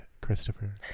Christopher